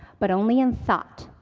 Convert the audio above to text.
but only in thought,